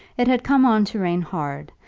it had come on to rain hard,